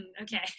okay